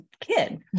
kid